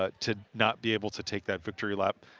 ah to not be able to take that victory lap,